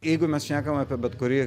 jeigu mes šnekam apie bet kurį